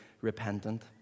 repentant